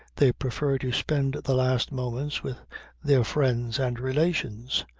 they prefer to spend the last moments with their friends and relations.